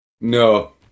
no